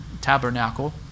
tabernacle